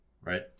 Right